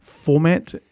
format